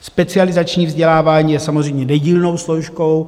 Specializační vzdělávání je samozřejmě nedílnou složkou.